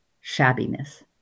shabbiness